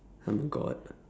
I'm a god